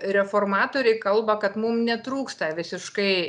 reformatoriai kalba kad mum netrūksta visiškai